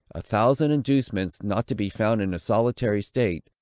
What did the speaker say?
a thousand inducements, not to be found in a solitary state,